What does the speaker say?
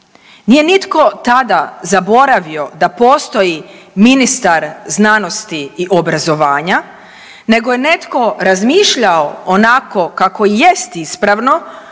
nije nitko tada zaboravio da postoji ministar znanosti i obrazovanja nego je netko razmišljao onako kako i jest ispravno,